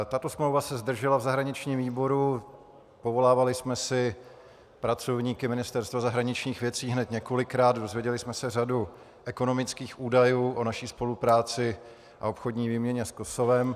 Tato smlouva se zdržela v zahraničním výboru, povolávali jsme si pracovníky Ministerstva zahraničních věcí hned několikrát, dozvěděli jsme se řadu ekonomických údajů o naší spolupráci a obchodní výměně s Kosovem.